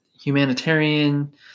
humanitarian